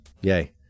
yay